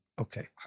Okay